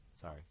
Sorry